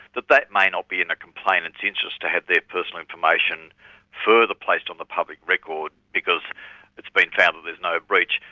that that may not be in a complainant's interest to have their personal information further placed on the public record because it's been found that there's no breach.